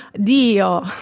Dio